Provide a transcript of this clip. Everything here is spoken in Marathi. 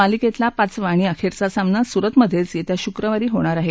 मालिकेतला पाचवा आणि अखेरचा सामना सुरतमधे येत्या शुक्रवारी होणार आहे